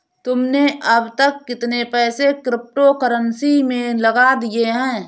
तुमने अब तक कितने पैसे क्रिप्टो कर्नसी में लगा दिए हैं?